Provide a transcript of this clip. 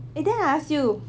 eh then I ask you